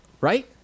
right